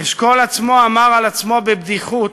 אשכול עצמו אמר על עצמו בבדיחות: